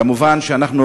כמובן שאנחנו,